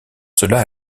cela